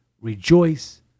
rejoice